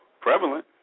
prevalent